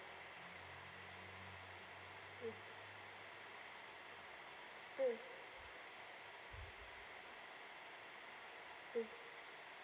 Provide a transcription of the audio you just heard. mm